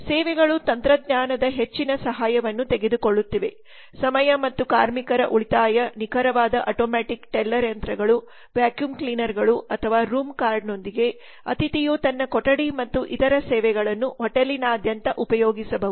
ಸೇವೆಗಳು ತಂತ್ರಜ್ಞಾನದ ಹೆಚ್ಚಿನ ಸಹಾಯವನ್ನು ತೆಗೆದುಕೊಳ್ಳುತ್ತಿವೆ ಸಮಯ ಮತ್ತು ಕಾರ್ಮಿಕರ ಉಳಿತಾಯ ನಿಖರವಾದ ಆಟೋಮ್ಯಾಟಿಕ್ ಟೆಲ್ಲರ್ ಯಂತ್ರಗಳು ವ್ಯಾಕ್ಯೂಮ್ ಕ್ಲೀನರ್ಗಳು ಅಥವಾ ರೂಮ್ ಕಾರ್ಡ್ನೊಂದಿಗೆ ಅತಿಥಿಯು ತನ್ನ ಕೊಠಡಿ ಮತ್ತು ಇತರ ಸೇವೆಗಳನ್ನು ಹೋಟೆಲ್ನಾದ್ಯಂತ ಉಪಯೋಗಿಸಬಹುದು